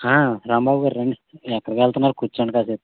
రాంబాబుగారు రండి ఎక్కడికెళ్తున్నారు కూర్చోండి కాసేపు